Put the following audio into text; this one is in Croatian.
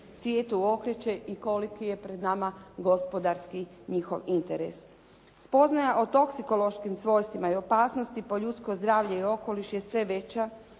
svijetu okreće i koliki je pred nama gospodarski njihov interes. Spoznaja o toksikološkim svojstvima i opasnosti po ljudsko zdravlje i okoliš je sve veća.